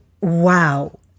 wow